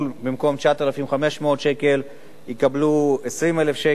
במקום 9,500 שקל יקבלו 20,000 שקל,